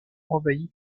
envahie